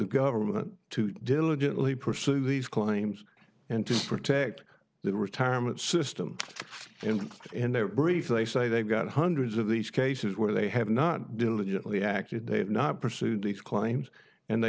government to diligently pursue these claims and to protect the retirement system and in their brief they say they've got hundreds of these cases where they have not diligently acted they have not pursued these claims and they